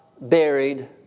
buried